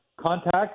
contact